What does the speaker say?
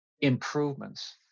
improvements